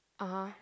(uh huh)